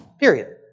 Period